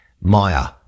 Maya